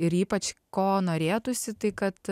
ir ypač ko norėtųsi tai kad